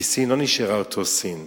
כי סין לא נשארה אותה סין.